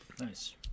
Nice